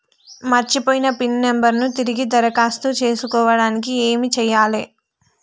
మర్చిపోయిన pin number ను తిరిగి దరఖాస్తు చేసుకోవడానికి ఏమి చేయాలే?